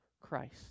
Christ